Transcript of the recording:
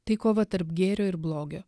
tai kova tarp gėrio ir blogio